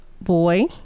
boy